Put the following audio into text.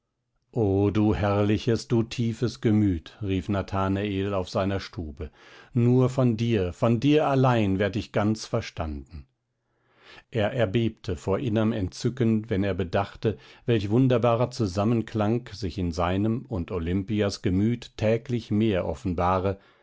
o du herrliches du tiefes gemüt rief nathanael auf seiner stube nur von dir von dir allein werd ich ganz verstanden er erbebte vor innerm entzücken wenn er bedachte welch wunderbarer zusammenklang sich in seinem und olimpias gemüt täglich mehr offenbare